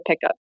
pickup